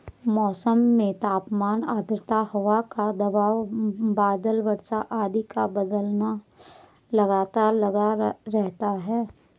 मौसम में तापमान आद्रता हवा का दबाव बादल वर्षा आदि का बदलना लगातार लगा रहता है